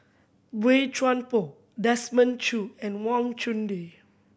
Boey Chuan Poh Desmond Choo and Wang Chunde